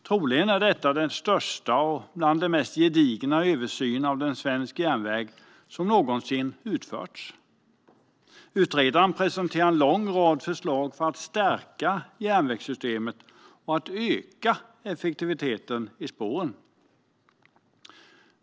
Troligen är detta den största och mest gedigna översyn av svensk järnväg som någonsin utförts. Utredaren presenterar en lång rad förslag för att stärka järnvägssystemet och öka effektiviteten på spåren.